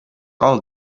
all